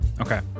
Okay